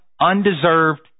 undeserved